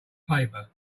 paper